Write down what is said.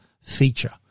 feature